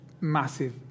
massive